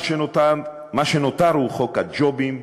מה שנותר הוא חוק הג'ובים,